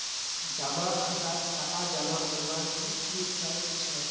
जमा खातात टका जमा करवार की की शर्त छे?